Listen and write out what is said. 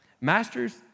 Masters